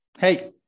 Hey